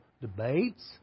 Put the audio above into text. debates